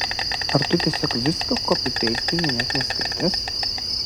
ar tu tiesiog viską kopipeistini net neskaitęs